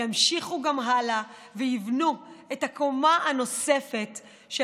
ימשיכו גם הלאה ויבנו את הקומה הנוספת של